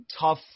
tough